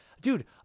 dude